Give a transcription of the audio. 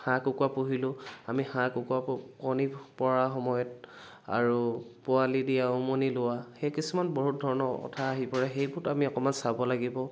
হাঁহ কুকুৰা পুহিলোঁ আমি হাঁহ কুকুৰা কণী পৰা সময়ত আৰু পোৱালি দিয়া উমনি লোৱা সেই কিছুমান বহুত ধৰণৰ কথা আহি পৰে সেইবোৰত আমি অকণমান চাব লাগিব